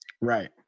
right